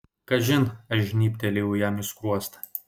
kažin aš žnybtelėjau jam į skruostą